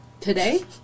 Today